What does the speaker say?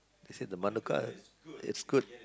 they said the Manuka is good